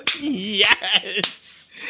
yes